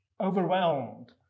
overwhelmed